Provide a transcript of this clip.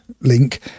link